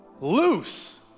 loose